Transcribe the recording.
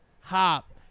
Hop